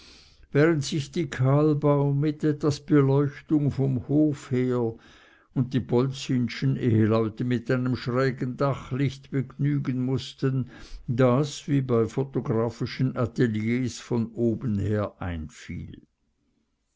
während sich die kahlbaum mit etwas beleuchtung vom hof her und die polzinschen eheleute mit einem schrägen dachlicht begnügen mußten das wie bei photographischen ateliers von oben her einfiel